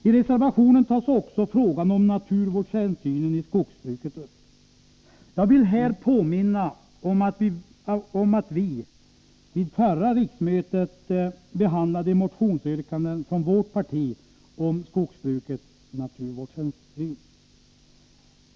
I reservationen tas också frågan om naturvårdshänsyn i skogsbruket upp. Jag vill här påminna om att vi vid förra riksmötet behandlade motionsyrkanden från vårt parti om skogsbrukets naturvårdshänsyn.